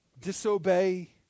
disobey